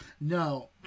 No